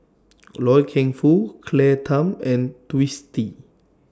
Loy Keng Foo Claire Tham and Twisstii